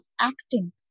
acting